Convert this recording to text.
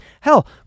Hell